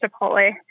Chipotle